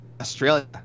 Australia